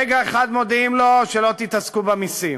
רגע אחד מודיעים לו שלא תתעסקו במסים,